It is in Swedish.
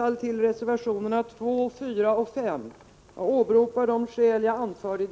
Fru talman! Jag yrkar bifall till reservationerna 2, 4 och 5 och åberopar de skäl jag anförde